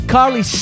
Carly